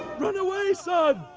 run away son!